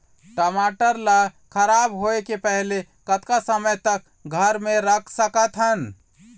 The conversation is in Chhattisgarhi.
टमाटर ला खराब होय के पहले कतका समय तक घर मे रख सकत हन?